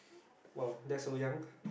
!wow! that's so young